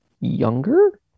younger